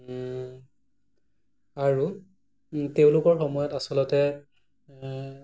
আৰু তেওঁলোকৰ সময়ত আচলতে